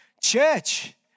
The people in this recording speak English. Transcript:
church